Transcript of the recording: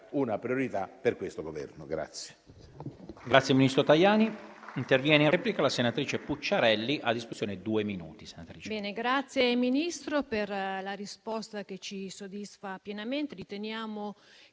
una priorità per questo Governo.